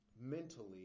mentally